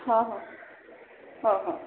ହଁ ହଁ ହଁ ହଁ